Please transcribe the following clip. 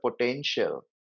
potential